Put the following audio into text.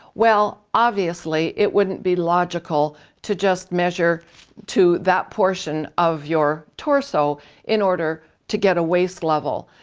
well obviously it wouldn't be logical to just measure to that portion of your torso in order to get a waist level.